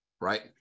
right